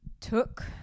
took